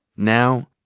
now,